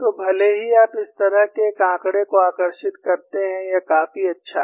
तो भले ही आप इस तरह के एक आंकड़े को आकर्षित करते हैं यह काफी अच्छा है